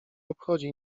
obchodzi